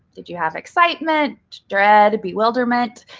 did you have excitement, dread, bewilderment?